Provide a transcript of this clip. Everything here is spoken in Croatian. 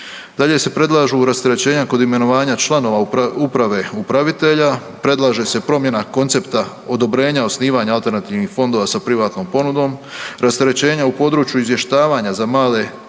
Dalje se predlažu rasterećenja kod imenovanja članova uprave upravitelja, predlaže se promjena koncepta odobrenja osnivanja alternativnih fondova sa privatnom ponudom, rasterećenja u području izvještavanja za male upravitelje